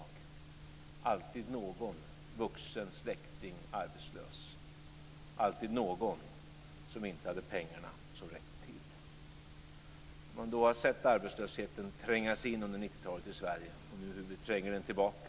Det var alltid någon vuxen släkting arbetslös och alltid någon som inte hade pengar som räckte till. Vi har sett arbetslösheten tränga sig in i Sverige under 1990-talet och hur vi nu tränger den tillbaka.